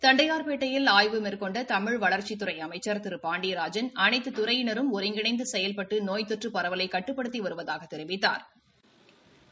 தண்டையா்பேட்டையில் ஆய்வு மேற்கொண்ட தமிழ் வளா்ச்சித்துறை அமைச்சா் திரு பாண்டியராஜன் அனைத்துத் துறையினரும் ஒருங்கிணைந்து செயல்பட்டு நோய் தொற்று பரவலை கட்டுப்படுத்தி வருவதாகத் தெரிவித்தாா்